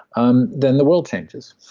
um then the world changes,